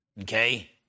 Okay